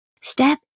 Step